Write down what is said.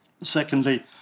Secondly